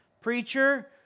preacher